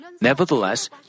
Nevertheless